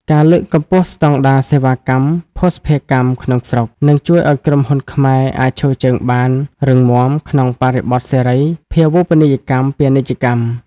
ការលើកកម្ពស់ស្ដង់ដារសេវាកម្មភស្តុភារកម្មក្នុងស្រុក នឹងជួយឱ្យក្រុមហ៊ុនខ្មែរអាចឈរជើងបានរឹងមាំក្នុងបរិបទសេរីភាវូបនីយកម្មពាណិជ្ជកម្ម។